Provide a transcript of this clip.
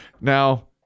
Now